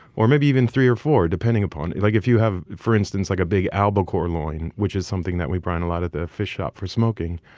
or maybe even three or four and um ah and if like if you have, for instance, like a big albacore loin, which is something that we brine a lot at the fish shop for smoking.